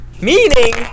meaning